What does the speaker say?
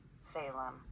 Salem